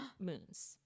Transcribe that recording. moons